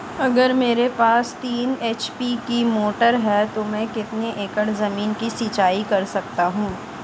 अगर मेरे पास तीन एच.पी की मोटर है तो मैं कितने एकड़ ज़मीन की सिंचाई कर सकता हूँ?